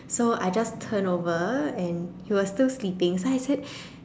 so I just turned over and he was still sleeping so I said